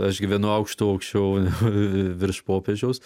aš gyvenu aukštu aukščiau virš popiežiaus